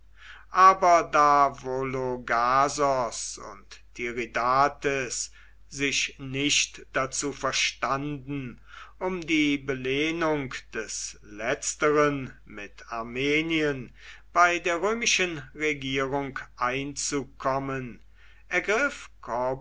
aber da vologasos und tiridates sich nicht dazu verstanden um die belehnung des letzteren mit armenien bei der römischen regierung einzukommen